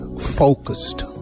focused